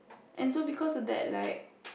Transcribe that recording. and so because of that like